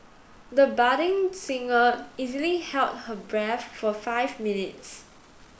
the budding singer easily held her breath for five minutes